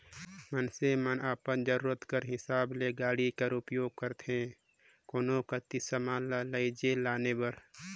मइनसे मन अपन जरूरत कर हिसाब ले गाड़ी कर उपियोग करथे कोनो कती समान ल लेइजे लाने बर